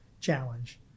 challenge